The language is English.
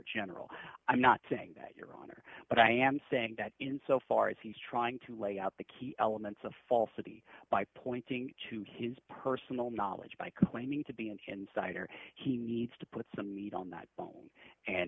general i'm not saying that or but i am saying that in so far as he's trying to lay out the key elements of falsity by pointing to his personal knowledge by claiming to be an insider he needs to put some meat on that